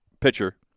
pitcher